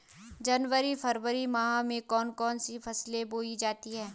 जनवरी फरवरी माह में कौन कौन सी फसलें बोई जाती हैं?